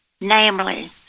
namely